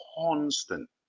constant